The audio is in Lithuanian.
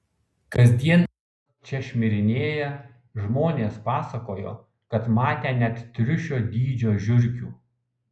kasdien jos čia šmirinėja žmonės pasakojo kad matę net triušio dydžio žiurkių